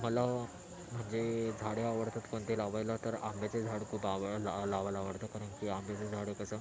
मला म्हणजे झाडे आवडतात कोणते लावायला तर आंब्याचे झाड खूप आव ला लावायला आवडतं परंतु आंब्याचं झाड हे कसं